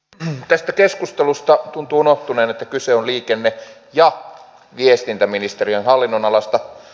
tästä keskustelusta tuntuu unohtuneen että kyse on liikenne ja viestintäministeriön hallinnonalasta